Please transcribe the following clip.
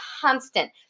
constant